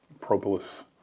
propolis